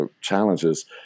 challenges